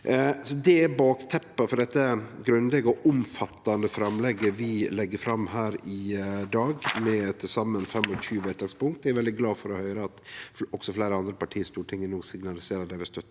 Det er bakteppet for dette grundige og omfattande framlegget vi legg fram her i dag, med til saman 25 vedtakspunkt. Eg er veldig glad for å høyre at også fleire andre parti på Stortinget no signaliserer at dei vil støtte